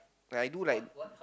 I do like